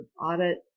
audit